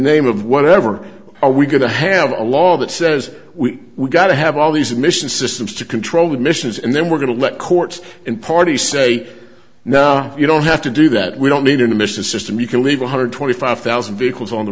name of whatever are we going to have a law that says we got to have all these missions systems to control the missions and then we're going to let courts and party say no you don't have to do that we don't need an emissions system you can leave one hundred twenty five thousand vehicles on the